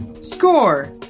Score